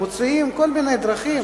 מוצאים כל מיני דרכים